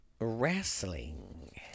wrestling